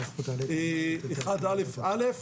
סעיף 1/א'/א',